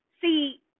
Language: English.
See